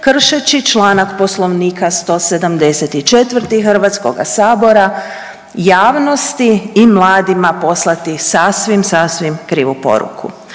kršeći članak Poslovnika 174. Hrvatskoga sabora javnosti i mladima poslati sasvim, sasvim krivu poruku.